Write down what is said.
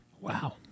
Wow